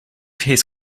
his